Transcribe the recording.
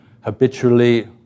habitually